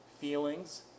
feelings